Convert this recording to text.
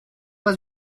pas